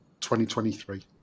2023